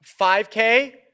5K